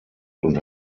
und